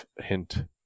hint